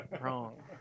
wrong